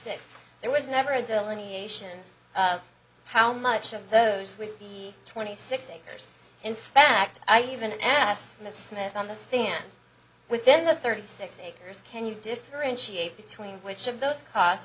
if there was never a delivery a ship and how much of those would be twenty six acres in fact i even asked miss smith on the stand within the thirty six acres can you differentiate between which of those costs